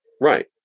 Right